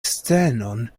scenon